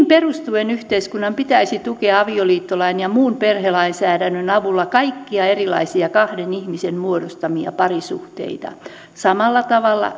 perustuen yhteiskunnan pitäisi tukea avioliittolain ja muun perhelainsäädännön avulla kaikkia erilaisia kahden ihmisen muodostamia parisuhteita samalla tavalla